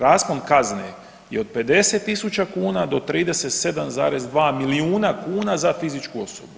Raspon kazne je od 50 tisuća kuna do 37,2 milijuna kuna za fizičku osobu.